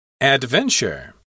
Adventure